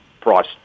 price